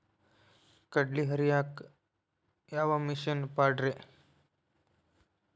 ಕಡ್ಲಿ ಹರಿಯಾಕ ಯಾವ ಮಿಷನ್ ಪಾಡ್ರೇ?